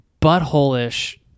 butthole-ish